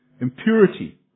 impurity